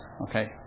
Okay